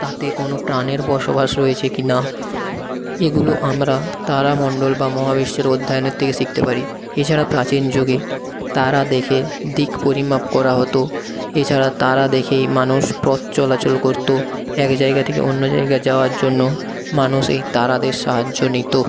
তাতে কোনো প্রাণের বসবাস রয়েছে কি না এগুলো আমরা তারামণ্ডল বা মহাবিশ্বের অধ্যয়নের থেকে শিখতে পারি এছাড়া প্রাচীন যুগে তারা দেখে দিক পরিমাপ করা হতো এছাড়া তারা দেখেই মানুষ পথ চলাচল করত এক জায়গা থেকে অন্য জায়গা যাওয়ার জন্য মানুষ এই তারাদের সাহায্য নিত